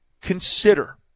consider